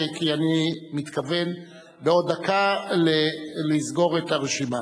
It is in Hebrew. כי אני מתכוון בעוד דקה לסגור את הרשימה.